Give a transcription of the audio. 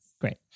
great